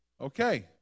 Okay